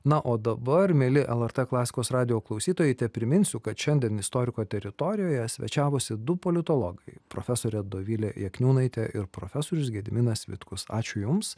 na o dabar mieli lrt klasikos radijo klausytojai tepriminsiu kad šiandien istoriko teritorijoje svečiavosi du politologai profesorė dovilė jakniūnaitė ir profesorius gediminas vitkus ačiū jums